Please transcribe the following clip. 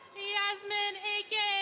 yasmin aiken.